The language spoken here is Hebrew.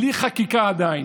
בלי חקיקה עדיין,